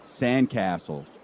Sandcastles